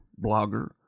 blogger